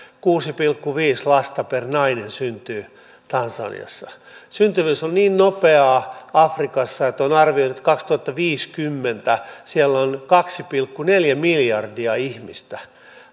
kuusi pilkku viisi lasta per nainen syntyy tansaniassa syntyvyys on niin nopeaa afrikassa että on arvioitu että kaksituhattaviisikymmentä afrikan alueella on kaksi pilkku neljä miljardia ihmistä